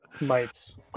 Mites